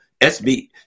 SB